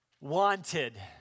wanted